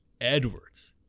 Edwards